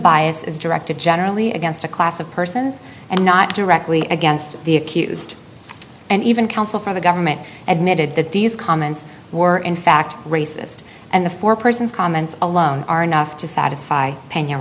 bias is directed generally against a class of persons and not directly against the accused and even counsel for the government admitted that these comments were in fact racist and the four persons comments alone are enough to satisfy p